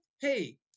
Hey